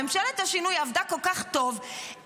ממשלת השינוי עבדה כל כך טוב,